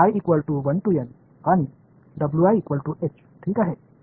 तर आणि ठीक आहे